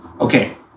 Okay